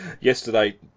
Yesterday